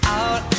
out